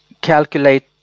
calculate